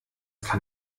kann